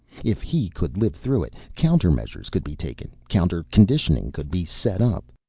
if he could live through it, countermeasures could be taken, counterconditioning could be set up.